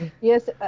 Yes